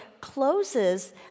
closes